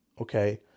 okay